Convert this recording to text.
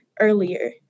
earlier